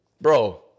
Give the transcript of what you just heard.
Bro